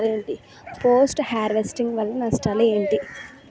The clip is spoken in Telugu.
పోస్ట్ హార్వెస్టింగ్ వల్ల నష్టాలు ఏంటి?